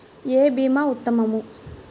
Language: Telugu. ఏ భీమా ఉత్తమము?